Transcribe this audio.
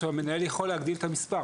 לפי החוק, מנהל יכול להגדיל את המספר.